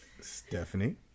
Stephanie